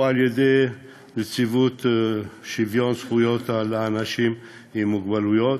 או על-ידי נציבות שוויון זכויות לאנשים עם מוגבלות,